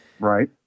Right